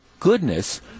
goodness